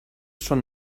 schon